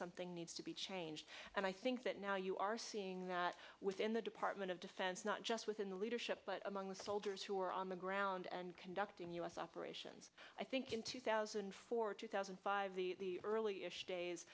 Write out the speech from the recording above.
something needs to be changed and i think that now you are seeing that within the department of defense not just within the leadership but among the soldiers who are on the ground and conducting u s operations i think in two thousand and four two thousand and five the early ish days